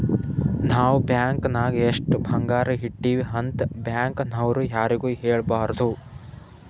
ನಾವ್ ಬ್ಯಾಂಕ್ ನಾಗ್ ಎಷ್ಟ ಬಂಗಾರ ಇಟ್ಟಿವಿ ಅಂತ್ ಬ್ಯಾಂಕ್ ನವ್ರು ಯಾರಿಗೂ ಹೇಳಬಾರ್ದು